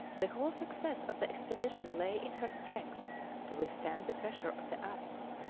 the whole success of the expedition lay in her strength to withstand the pressure of the ice.